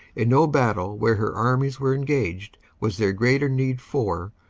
in no battle where her armies were engaged was there greater need for,